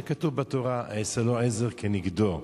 זה כתוב בתורה: "אעשה לו עזר כנגדו".